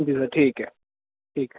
ਜੀ ਸਰ ਠੀਕ ਹੈ ਠੀਕ ਹੈ